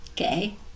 Okay